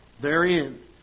Therein